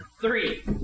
Three